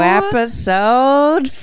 episode